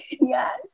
Yes